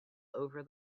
over